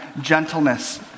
gentleness